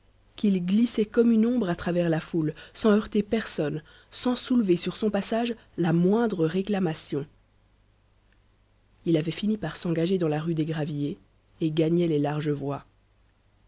qu'il glissait comme une ombre à travers la foule sans heurter personne sans soulever sur son passage la moindre réclamation il avait fini par s'engager dans la rue des gravilliers et gagnait les larges voies